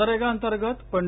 मनरेगा अंतर्गत पं